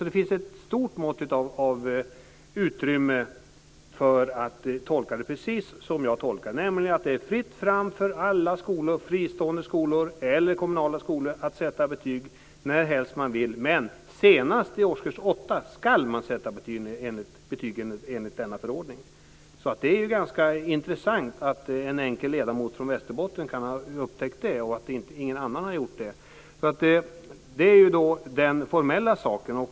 Det finns alltså ett stort mått av utrymme för att tolka det precis som jag tolkar det, nämligen att det är fritt fram för alla skolor, fristående skolor eller kommunala skolor, att sätta betyg när helst man vill, men senast i årskurs 8 ska man sätta betyg enligt denna förordning. Det är ganska intressant att en enkel ledamot från Västerbotten kan ha upptäckt det och att ingen annan har gjort det. Det är den formella saken.